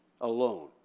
alone